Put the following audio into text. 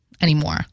anymore